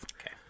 Okay